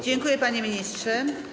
Dziękuję, panie ministrze.